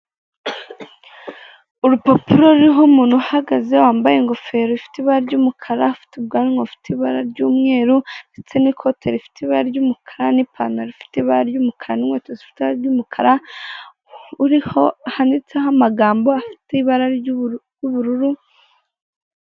Urupapuro ruriho umuntu uhagaze wambaye ingofero ifite ibara ry'umukara afite ubwanwa bufite ibara ry'umweru ndetse n'ikote rifite ibara ry'umukara n'ipantaro ifite ibara ry'umukara n'inkweto zifite ibara ry'umukara handitseho amagambo afite ibara ry'ubururu.